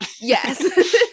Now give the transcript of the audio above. yes